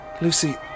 Lucy